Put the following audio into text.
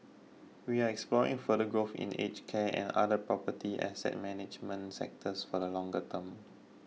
we are exploring further growth in aged care and other property asset management sectors for the longer term